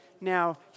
Now